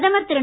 பிரதமர் திரு